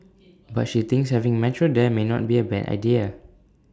but she thinks having metro there may not be A bad idea